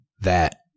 that-